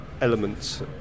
elements